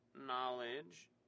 knowledge